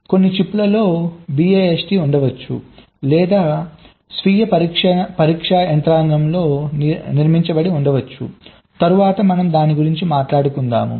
కొన్ని చిప్స్లో BIST ఉండవచ్చు లేదా స్వీయ పరీక్షా యంత్రాంగంలో నిర్మించబడి ఉండవచ్చు తరువాత మనం దాని గురించి మాట్లాడుతాము